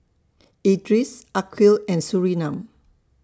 Idris Aqil and Surinam